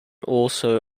also